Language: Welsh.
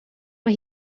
mae